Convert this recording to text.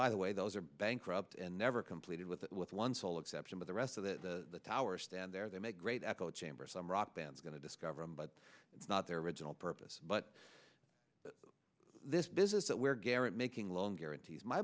by the way those are bankrupt never completed with it with one sole exception but the rest of the tower stand there they make great echo chamber some rock bands going to discover him but it's not their original purpose but this business that we're garrett making loan guarantees my